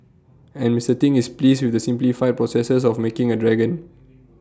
and Mister Ting is pleased with the simplified processes of making A dragon